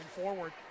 forward